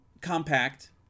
compact